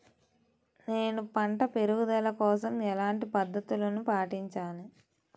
నేను పంట పెరుగుదల కోసం ఎలాంటి పద్దతులను పాటించాలి?